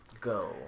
Go